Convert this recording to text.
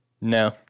No